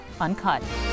Uncut